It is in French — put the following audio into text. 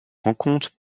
rencontre